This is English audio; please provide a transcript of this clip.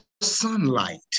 sunlight